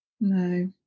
No